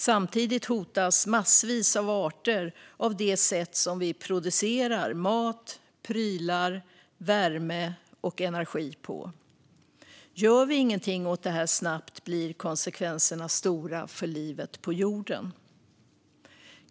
Samtidigt hotas massvis av arter av det sätt som vi producerar mat, prylar, värme och energi på. Gör vi inte snabbt någonting åt det blir konsekvenserna stora för livet på jorden.